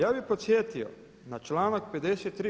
Ja bi podsjetio na članak 53.